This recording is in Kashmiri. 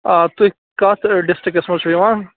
آ تُہۍ کتھ ڈسٹرکس منٛز چھِو یِوان